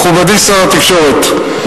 מכובדי שר התקשורת,